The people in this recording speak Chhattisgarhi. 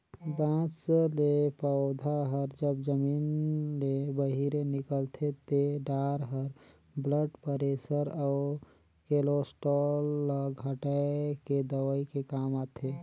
बांस ले पउधा हर जब जमीन ले बहिरे निकलथे ते डार हर ब्लड परेसर अउ केलोस्टाल ल घटाए के दवई के काम आथे